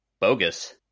bogus